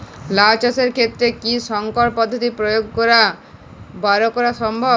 লাও চাষের ক্ষেত্রে কি সংকর পদ্ধতি প্রয়োগ করে বরো করা সম্ভব?